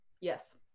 Yes